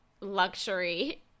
luxury